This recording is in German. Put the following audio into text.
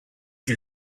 die